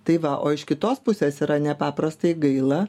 tai va o iš kitos pusės yra nepaprastai gaila